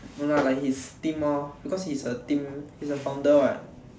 no lah like his team lor because he's a team he's a founder [what]